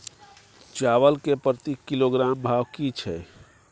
चावल के प्रति किलोग्राम भाव की छै?